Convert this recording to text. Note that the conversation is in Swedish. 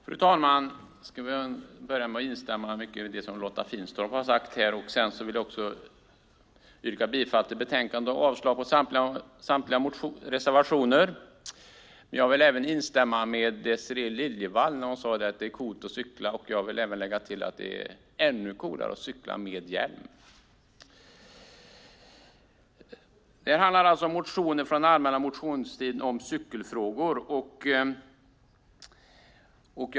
Fru talman! Jag instämmer i mycket av det som Lotta Finstorp har sagt. Jag yrkar bifall till förslaget i betänkandet och avslag på samtliga reservationer. Jag instämmer också i att det är coolt att cykla, som Désirée Liljevall sade. Jag vill lägga till att det är ännu coolare att cykla med hjälm. Det handlar om motioner från den allmänna motionstiden om cykelfrågor.